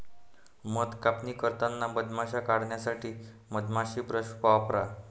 मध कापणी करताना मधमाश्या काढण्यासाठी मधमाशी ब्रश वापरा